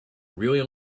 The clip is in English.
really